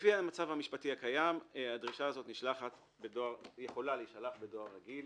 לפי המצב המשפטי הקיים הדרישה הזו יכולה להישלח בדואר רגיל